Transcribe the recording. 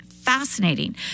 fascinating